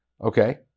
okay